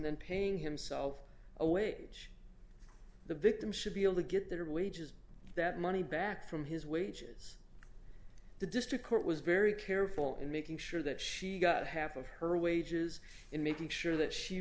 then paying himself a wage the victim should be able to get their wages that money back from his wages the district court was very careful in making sure that she got half of her wages in making sure that she